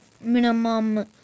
minimum